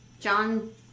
John